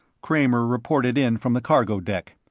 kramer reported in from the cargo deck.